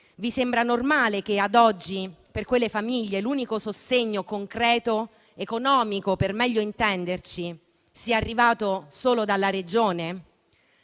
Vi sembra normale che, ad oggi, per quelle famiglie, l'unico sostegno concreto, dal punto di vista economico, per meglio intenderci, sia arrivato solo dalla Regione?